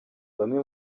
bamwe